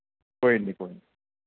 कोई निं कोई निं